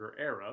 era